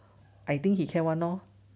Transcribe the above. I think he can [one] lor